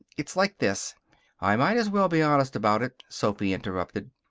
it's like this i might as well be honest about it, sophy interrupted.